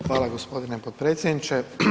Hvala gospodine potpredsjedniče.